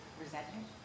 Resentment